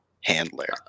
handler